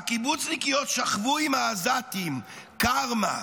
הקיבוצניקיות שכבו עם העזתים, קרמה.